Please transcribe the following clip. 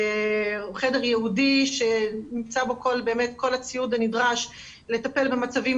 חדר ייעודי שנמצא בו כל הציוד הנדרש לטפל במצבים